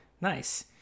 Nice